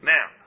Now